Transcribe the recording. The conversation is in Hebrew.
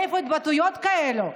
מאיפה התבטאויות כאלה?